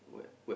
what